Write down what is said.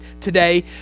today